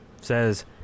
says